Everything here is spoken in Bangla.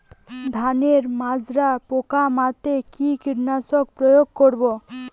ধানের মাজরা পোকা মারতে কি কীটনাশক প্রয়োগ করব?